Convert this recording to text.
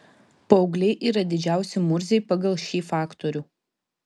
paaugliai yra didžiausi murziai pagal šį faktorių